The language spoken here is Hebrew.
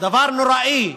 דבר נוראי,